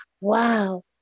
wow